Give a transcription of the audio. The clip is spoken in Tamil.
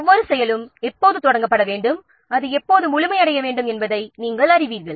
ஒவ்வொரு செயலும் எப்போது தொடங்கப்பட வேண்டும் அது எப்போது முழுமையடைய வேண்டும் என்பதை நீங்கள் அறிவீர்கள்